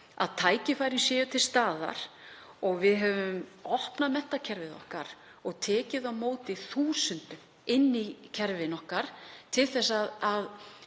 að tækifæri séu til staðar. Við höfum opnað menntakerfið okkar og tekið á móti þúsundum inn í kerfin okkar þannig að